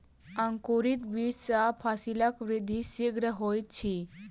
अंकुरित बीज सॅ फसीलक वृद्धि शीघ्र होइत अछि